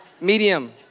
Medium